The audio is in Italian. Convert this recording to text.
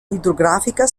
idrografica